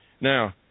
Now